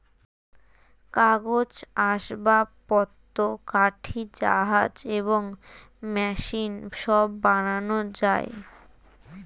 কাগজ, আসবাবপত্র, কাঠি, জাহাজ এবং মেশিন সব বানানো যায়